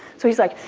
so he is like,